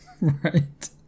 right